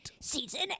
Season